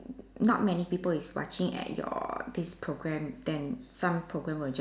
not many people is watching at your this program then some program will just